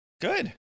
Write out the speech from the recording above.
Good